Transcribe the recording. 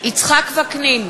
יצחק וקנין,